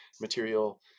material